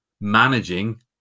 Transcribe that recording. managing